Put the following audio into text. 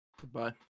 Goodbye